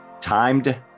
Timed